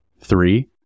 Three